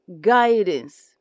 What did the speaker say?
guidance